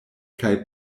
kaj